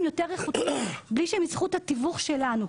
יותר רחבים מבלי שיצטרכו את התיווך שלנו.